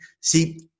see